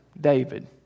David